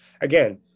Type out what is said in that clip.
Again